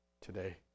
today